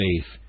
faith